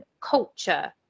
culture